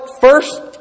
first